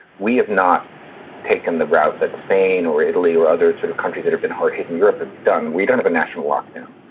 we have not taken the route that spain or italy or other sort of country that have been hard-hit in europe have done. we don't have a national lockdown.